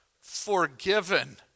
forgiven